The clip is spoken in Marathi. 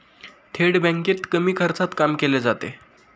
थेट बँकेत कमी खर्चात काम केले जाते